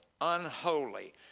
unholy